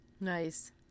Nice